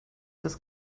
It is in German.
das